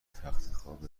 تختخواب